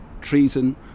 treason